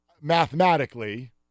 mathematically